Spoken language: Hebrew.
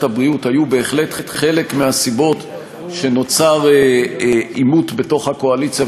הבריאות היו בהחלט חלק מהסיבות שנוצר עימות בתוך הקואליציה,